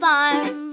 Farm